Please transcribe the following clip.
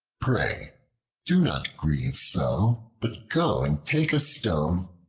pray do not grieve so but go and take a stone,